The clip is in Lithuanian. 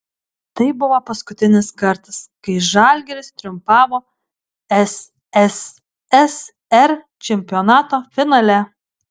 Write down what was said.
tai buvo paskutinis kartas kai žalgiris triumfavo sssr čempionato finale